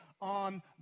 on